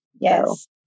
Yes